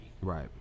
Right